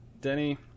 Denny